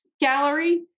Gallery